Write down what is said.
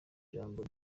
ijambo